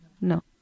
No